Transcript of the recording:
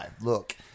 look